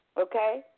okay